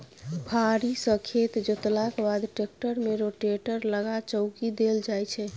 फारी सँ खेत जोतलाक बाद टेक्टर मे रोटेटर लगा चौकी देल जाइ छै